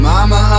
Mama